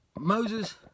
Moses